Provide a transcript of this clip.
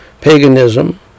paganism